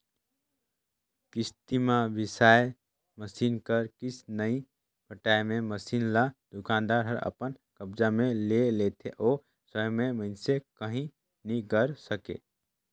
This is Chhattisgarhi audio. किस्ती म बिसाए मसीन कर किस्त नइ पटाए मे मसीन ल दुकानदार हर अपन कब्जा मे ले लेथे ओ समे में मइनसे काहीं नी करे सकें